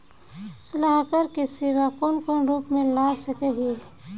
सलाहकार के सेवा कौन कौन रूप में ला सके हिये?